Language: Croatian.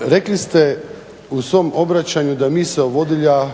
rekli ste u svom obraćanju da misao vodilja